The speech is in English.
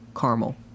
Caramel